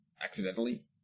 accidentally